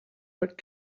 what